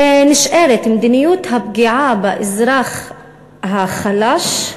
ונשארת מדיניות הפגיעה באזרח החלש,